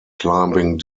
climbing